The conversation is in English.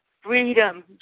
freedom